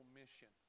mission